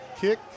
kick